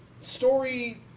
story